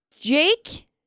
Jake